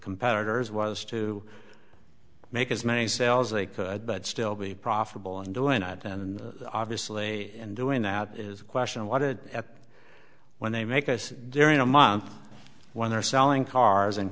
competitors was to make as many cells they could but still be profitable and doing that and obviously in doing that is a question of what it when they make us there in a month when they're selling cars in